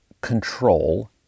control